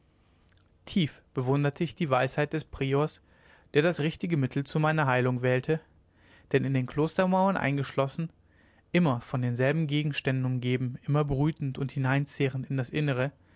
tief bewunderte ich die weisheit des priors der das richtige mittel zu meiner heilung wählte denn in den klostermauern eingeschlossen immer von denselben gegenständen umgeben immer brütend und hineinzehrend in das innere